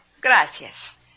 Gracias